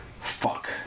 Fuck